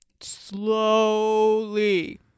slowly